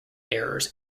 errors